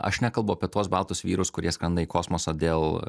aš nekalbu apie tuos baltus vyrus kurie skrenda į kosmosą dėl